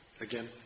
Again